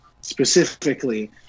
specifically